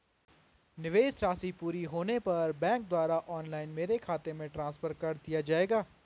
निवेश राशि पूरी होने पर बैंक द्वारा ऑनलाइन मेरे खाते में ट्रांसफर कर दिया जाएगा?